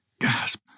Gasp